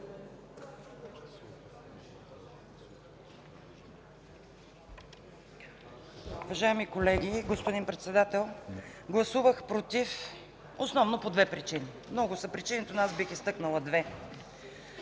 Уважаеми колеги, господин Председател! Гласувах „против” основно по две причини – много са причините, но бих изтъкнала две.